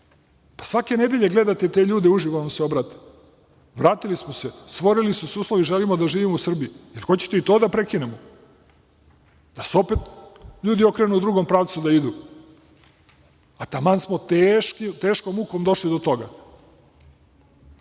Svake nedelje gledate te ljude, uživo vam se obrate. Vratili smo se, stvorili su se uslovi, želimo da živimo u Srbiji. Hoćete i to da prekinemo? Da se opet ljudi okrenu i da idu u drugom pravcu? Taman smo teškom mukom došli do toga. Ima